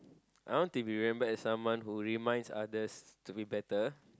I want to be remembered as someone who reminds others to be better